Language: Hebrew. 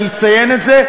אני אציין את זה,